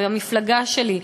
והמפלגה שלי,